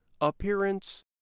appearance